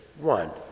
one